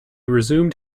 resumed